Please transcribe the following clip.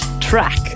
Track